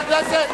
דיברת מספיק.